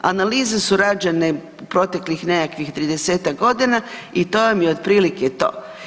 Analize su rađene proteklih nekakvih 30-tak godina i to vam je otprilike to.